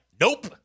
Nope